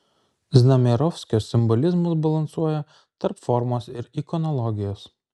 znamierovskio simbolizmas balansuoja tarp formos ir ikonologijos